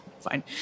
fine